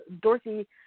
Dorothy